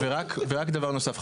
ורק דבר נוסף,